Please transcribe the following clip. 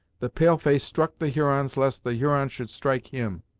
the pale face struck the hurons lest the hurons should strike him.